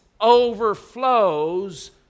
overflows